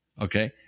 Okay